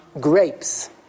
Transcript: grapes